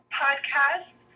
podcast